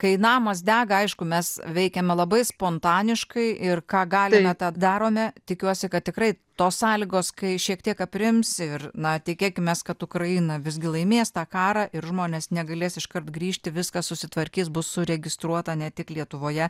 kai namas dega aišku mes veikiame labai spontaniškai ir ką galime tą darome tikiuosi kad tikrai tos sąlygos kai šiek tiek aprims ir na tikėkimės kad ukraina visgi laimės tą karą ir žmonės negalės iškart grįžti viskas susitvarkys bus suregistruota ne tik lietuvoje